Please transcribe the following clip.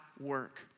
work